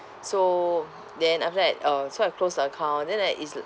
so then after that uh so I closed the account then like is uh